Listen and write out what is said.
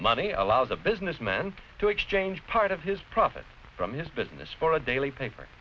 money allows the businessman to exchange part of his profits from his business for a daily paper